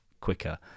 quicker